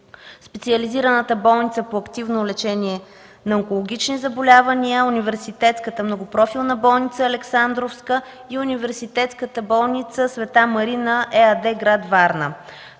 Специализираната болница по активно лечение на онкологични заболявания, Университетската многопрофилна болница „Александровска” и Университетската болница „Св. Марина” ЕАД – гр. Варна.